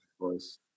voice